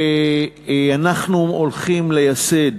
ואנחנו הולכים לייסד,